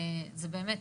באמת,